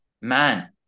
man